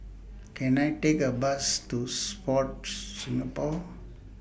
Can I Take A Bus to Sport Singapore